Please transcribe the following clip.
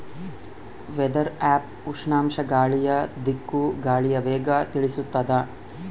weather app ಉಷ್ಣಾಂಶ ಗಾಳಿಯ ದಿಕ್ಕು ಗಾಳಿಯ ವೇಗ ತಿಳಿಸುತಾದ